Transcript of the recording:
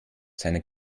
seiner